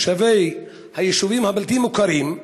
תושבי היישובים הבלתי-מוכרים,